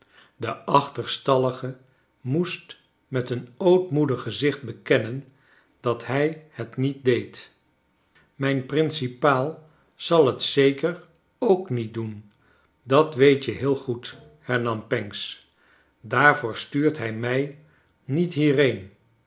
de achterstallige moest met een ootmoedig gezicht bekennen dat hij het niet deed mijn principaal zal het zeker ook niet doen dat weet je heel goed hernam pancks daarvoor stuurt hij mij niet hierheen